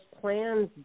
plans